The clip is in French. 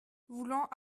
voulant